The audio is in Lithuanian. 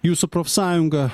jūsų profsąjunga